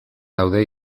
daude